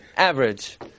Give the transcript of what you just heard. average